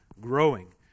growing